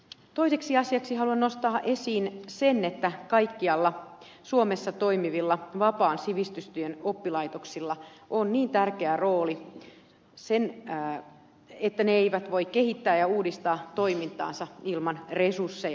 toiseksi asiaksi haluan nostaa esiin sen että kaikkialla suomessa toimivilla vapaan sivistystyön oppilaitoksilla on niin tärkeä rooli että ne eivät voi kehittää ja uudistaa toimintaansa ilman resursseja